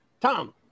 Tom